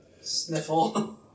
Sniffle